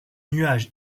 nuages